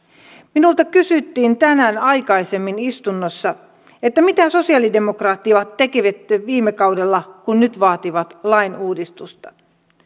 minulta kysyttiin tänään aikaisemmin istunnossa mitä sosialidemokraatit tekivät viime kaudella kun nyt vaativat lainuudistusta